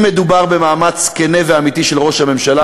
אם מדובר במאמץ כן ואמיתי של ראש הממשלה,